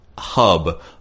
hub